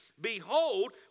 Behold